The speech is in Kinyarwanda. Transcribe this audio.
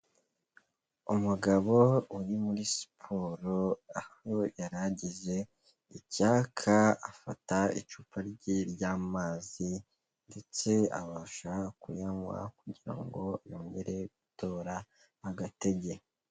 Umugabo uri muri siporo aho yari agize icyayaka, afata icupa rye ry'amazi ndetse abasha kuyanywa kugira ngo yongere gutora agatege.